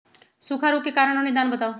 सूखा रोग के कारण और निदान बताऊ?